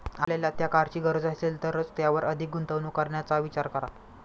आपल्याला त्या कारची गरज असेल तरच त्यावर अधिक गुंतवणूक करण्याचा विचार करा